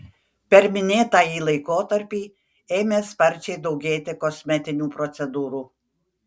per minėtąjį laikotarpį ėmė sparčiai daugėti kosmetinių procedūrų